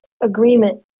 agreement